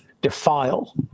defile